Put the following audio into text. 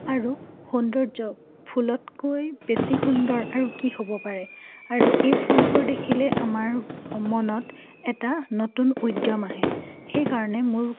আৰু সৌন্দৰ্য ফুলতকৈ বেছি সুন্দৰ আৰু কি হ'ব পাৰে আৰু এই ফুলবোৰ দেখিলে আমাৰ মনত এটা নতুন উদ্যম আহে সেইকাৰণে মোৰ